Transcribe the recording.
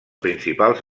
principals